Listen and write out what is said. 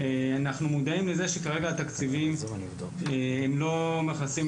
אנחנו מודעים לזה שכרגע התקציבים הם לא מכסים,